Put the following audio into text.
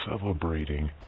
Celebrating